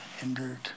hindered